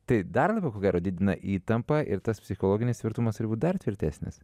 tai dar labiau ko gero didina įtampą ir tas psichologinis tvirtumas turi būti dar tvirtesnis